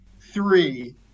three